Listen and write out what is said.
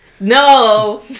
No